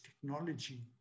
technology